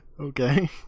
Okay